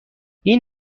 این